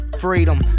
Freedom